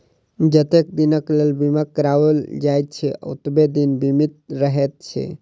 जतेक दिनक लेल बीमा कराओल जाइत छै, ओतबे दिन बीमित रहैत छै